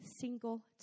single